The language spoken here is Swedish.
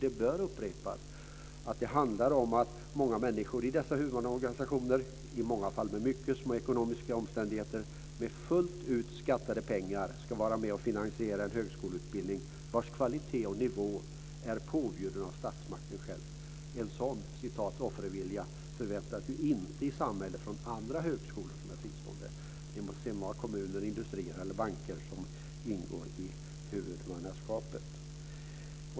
Det bör upprepas att det handlar om att många människor i dessa huvudmannaorganisationer - i många fall med mycket små ekonomiska omständigheter - med fullt ut skattade pengar ska vara med och finansiera en högskoleutbildning vars kvalitet och nivå är påbjuden av statsmakten själv. En sådan "offervilja" förväntas inte i samhället från andra fristående högskolor. Det må sedan vara kommuner, industrier eller banker som ingår i huvudmannaskapet.